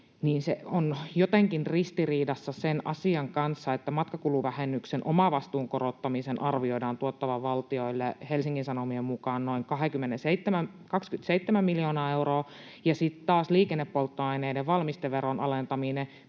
niin se on jotenkin ristiriidassa sen asian kanssa, että matkakuluvähennyksen omavastuun korottamisen arvioidaan tuottavan valtiolle Helsingin Sanomien mukaan noin 27 miljoonaa euroa, ja sitten taas liikennepolttoaineiden valmisteveron alentaminen